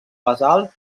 basalt